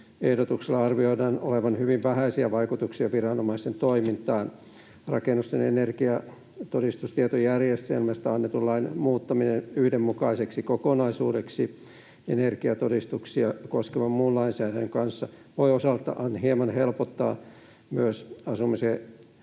ehdotuksella arvioidaan olevan hyvin vähäisiä vaikutuksia viranomaisten toimintaan. Rakennusten energiatodistustietojärjestelmästä annetun lain muuttaminen yhdenmukaiseksi kokonaisuudeksi energiatodistuksia koskevan muun lainsäädännön kanssa voi osaltaan hieman helpottaa myös Asumisen